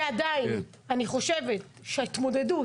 ועדיין אני חושבת שבעניין ההתמודדות